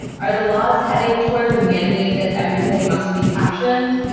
are the laws heading towards a mandate that everything must be captioned?